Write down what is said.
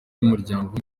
y’umuryango